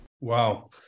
Wow